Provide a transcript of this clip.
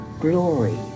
glory